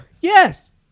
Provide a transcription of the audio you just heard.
Yes